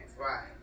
Right